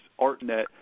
ArtNet